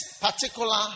particular